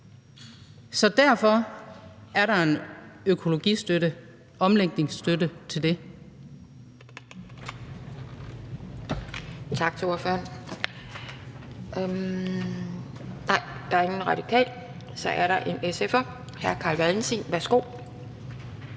Derfor er der en økologistøtte, omlægningsstøtte, til det.